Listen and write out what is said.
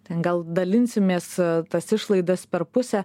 ten gal dalinsimės tas išlaidas per pusę